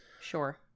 sure